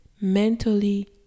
mentally